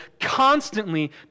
constantly